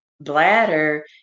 bladder